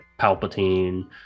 Palpatine